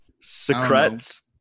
Secrets